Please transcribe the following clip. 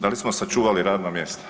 Da li smo sačuvali radna mjesta?